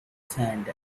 sand